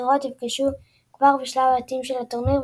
בכירות ייפגשו כבר בשלב הבתים של הטורניר,